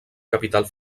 capital